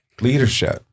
Leadership